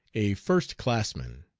a first-classman!